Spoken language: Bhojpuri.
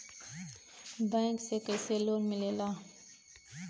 बैंक से कइसे लोन मिलेला?